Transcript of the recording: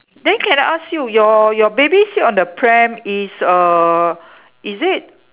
then can I ask you your your baby sit on the pram is err is it